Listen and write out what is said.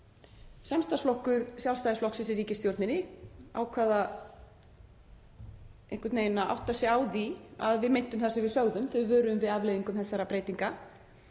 Samstarfsflokkur Sjálfstæðisflokksins í ríkisstjórninni ákvað einhvern veginn að átta sig á því að við meintum það sem við sögðum þegar við vöruðum við afleiðingum þessara breytinga